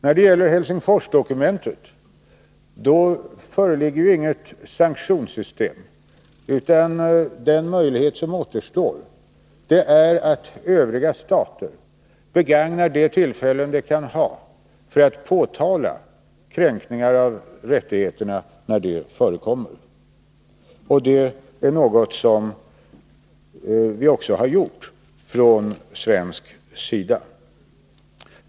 När det gäller Helsingforsdokumentet föreligger inget sanktionssystem, utan den möjlighet som återstår är att övriga stater begagnar de tillfällen som de kan få till att påtala kränkningar av rättigheterna när sådana kränkningar förekommer. Det är också något som vi har gjort från svensk sida.